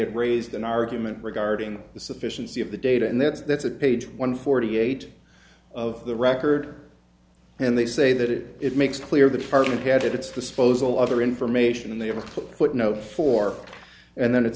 had raised an argument regarding the sufficiency of the data and that's that's a page one forty eight of the record and they say that it it makes clear the department had at its disposal other information they have a footnote for and then it